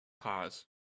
Pause